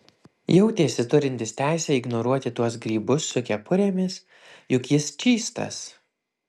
jautėsi turintis teisę ignoruoti tuos grybus su kepurėmis juk jis čystas